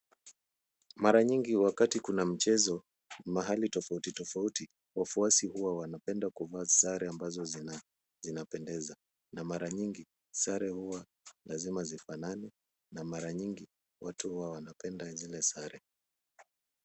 Mara nyingi wakati kuna mchezo mahali tofauti tofauti, wafuasi hua wanapenda kuvaa sare ambazo zinapendeza na mara nyingi sare hua ni lazima zifanane na mara nyingi watu huwa wanapenda zile sare.